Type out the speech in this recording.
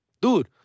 Dude